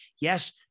yes